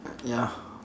ya